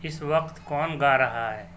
اس وقت کون گا رہا ہے